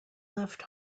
left